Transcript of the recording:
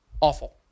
awful